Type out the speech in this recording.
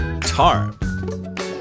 Tarp